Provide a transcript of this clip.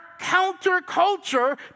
counterculture